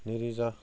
नैरोजा